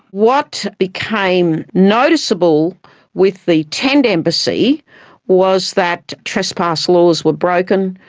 what became noticeable with the tent embassy was that trespass laws were broken,